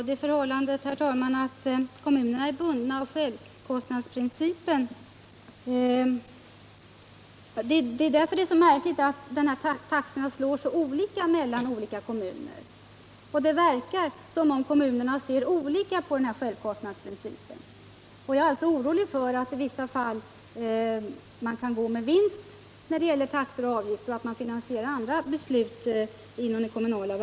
Herr talman! Mot bakgrund av att kommunerna är bundna av självkostnadsprincipen är det märkligt att taxorna slår så olika i olika kommuner. Det verkar som om kommunerna ser olika på denna självkostnadsprincip. Jag är orolig för att den kommunala verksamheten i vissa fall kan gå med vinst när det gäller taxor och avgifter och att — Nr 30 kommunerna använder denna vinst för att finansiera andra beslut.